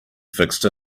fixed